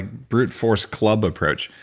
brute-force club approach.